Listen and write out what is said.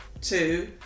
two